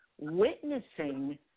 witnessing